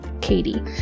Katie